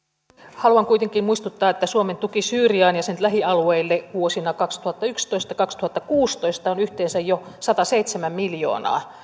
haluan kuitenkin muistuttaa että suomen tuki syyriaan ja sen lähialueille vuosina kaksituhattayksitoista viiva kaksituhattakuusitoista on yhteensä jo sataseitsemän miljoonaa